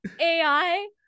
AI